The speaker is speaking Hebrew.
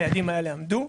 ביעדים האלה עמדו.